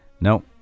no